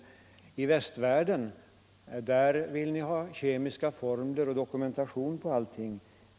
Men i västvärlden vill ni ha kemiska formler och dokumentation på allting.